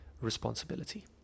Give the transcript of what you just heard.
responsibility